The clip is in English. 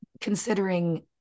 considering